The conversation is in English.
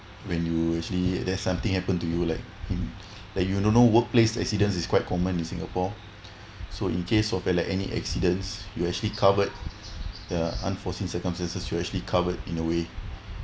when you actually there's something happen to you like you don't know workplace accidents is quite common in singapore so in case of like any accidents you actually covered the unforeseen circumstances you actually covered in a way